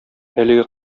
әлеге